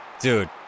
Dude